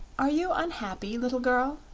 are you unhappy, little girl?